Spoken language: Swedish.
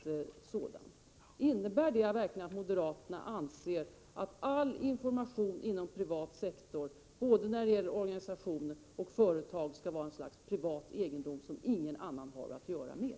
Innebär det verkligen att moderaterna anser att all information inom den privata sektorn — beträffande både organisationer och företag — skall vara privat egendom som ingen annan har att göra med?